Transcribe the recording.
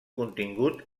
contingut